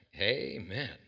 Amen